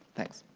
thanks.